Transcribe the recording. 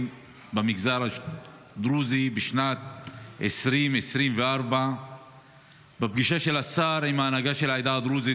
במגזר הדרוזי בשנת 2024. בפגישה עם השר עם ההנהגה של העדה הדרוזית,